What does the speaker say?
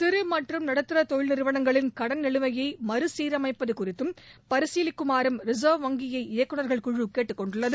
சிறு மற்றும் நடுத்தர தொழில்நிறுவனங்களின் கடன் நிலுவையை மறுசீரமைப்பது குறித்து பரிசீலிக்குமாறும் ரிசா்வ் வங்கியை இயக்குநா்கள் குழு கேட்டுக்கொண்டுள்ளது